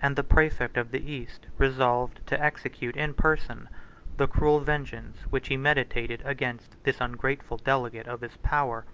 and the praefect of the east resolved to execute in person the cruel vengeance, which he meditated against this ungrateful delegate of his power.